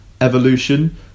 evolution